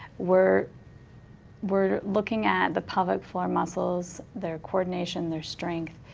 we're we're looking at the pelvic floor muscles, their coordination, their strength.